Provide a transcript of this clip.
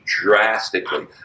drastically